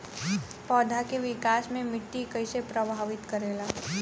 पौधा के विकास मे मिट्टी कइसे प्रभावित करेला?